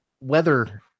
weather